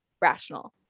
rational